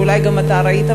ואולי גם אתה ראית,